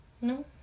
No